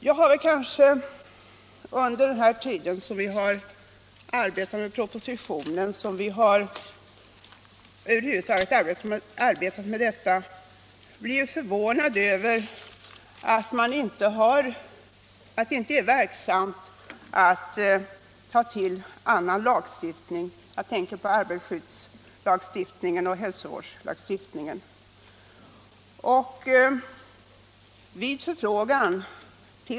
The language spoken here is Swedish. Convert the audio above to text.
Jag har under den tid då vi har arbetat med propositionen och över huvud taget arbetat med denna fråga blivit förvånad över att det inte har visat sig verksamt att vidta åtgärder med hänvisning till annan lagstiftning — jag tänker på arbetarskyddslagen och hälsovårdslagstiftningen.